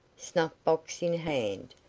snuff-box in hand,